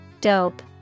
Dope